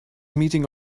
meeting